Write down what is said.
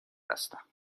هستم